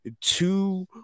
two